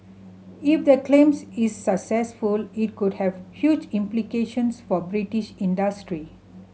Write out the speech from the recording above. if the claims is successful it could have huge implications for British industry